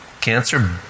Cancer